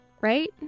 Right